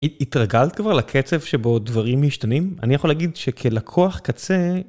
התרגלת כבר לקצב שבו דברים משתנים? אני יכול להגיד שכלקוח קצה.